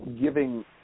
giving